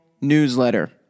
newsletter